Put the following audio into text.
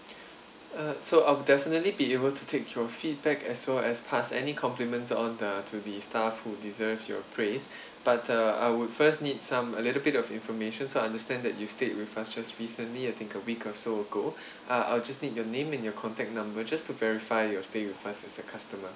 uh so I'll definitely be able to take your feedback as well as pass any compliments on the to the staff who deserve your praise but uh I would first need some a little bit of information so I understand that you stayed with us just recently I think a week or so ago uh I'll just need your name and your contact number just to verify your stay with us as a customer